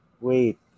wait